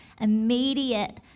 immediate